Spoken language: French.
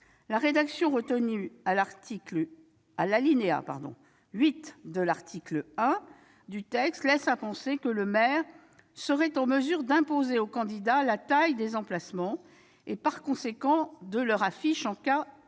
La rédaction retenue à l'alinéa 8 de l'article 1 laisse à penser que le maire serait en mesure d'imposer aux candidats la taille des emplacements et, par conséquent, de leurs affiches, en cas de